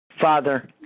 Father